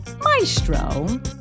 maestro